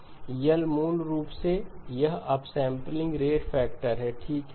L मूल रूप से यह अपसेंपलिंग रेट फैक्टर है ठीक है